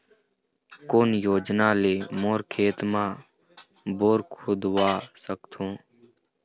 कोन योजना ले मोर खेत मा बोर खुदवा सकथों?